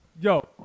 Yo